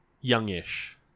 Youngish